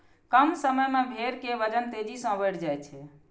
कम समय मे भेड़ के वजन तेजी सं बढ़ि जाइ छै